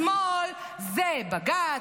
השמאל זה בג"ץ,